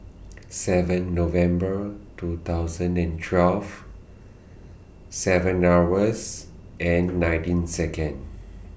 seven November two thousand and twelve seven hours and nineteen Second